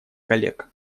коллег